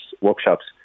workshops